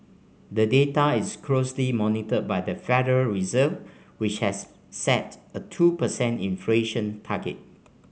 the data is closely monitored by the Federal Reserve which has set a two percent inflation target